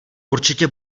určitě